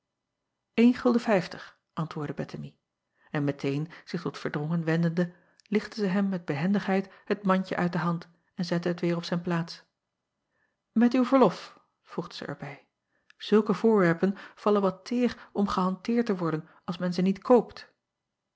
en gulden vijftig antwoordde ettemie en meteen zich tot erdrongen wendende lichtte zij hem met behendigheid het mandje uit de hand en zette het weêr op zijn plaats met uw verlof voegde zij er bij zulke voorwerpen vallen wat teêr om gehanteerd te worden als men ze niet koopt